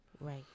Right